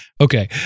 Okay